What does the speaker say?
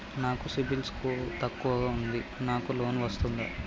నాకు సిబిల్ తక్కువ ఉంది నాకు లోన్ వస్తుందా?